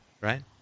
Right